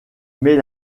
mais